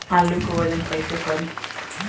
आलू के वजन कैसे करी?